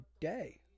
day